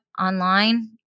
online